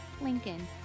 Lincoln